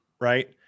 right